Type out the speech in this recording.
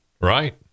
right